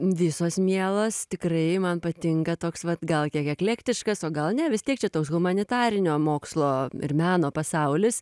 visos mielas tikrai man patinka toks vat gal kiek eklektiškas o gal ne vis tiek čia toks humanitarinio mokslo ir meno pasaulis